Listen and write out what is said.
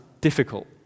difficult